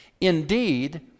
indeed